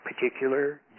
particular